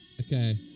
Okay